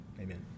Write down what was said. Amen